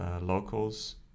Locals